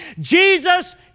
Jesus